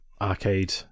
arcade